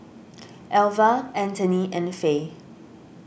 Alvah Antony and Faye